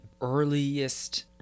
earliest